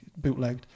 bootlegged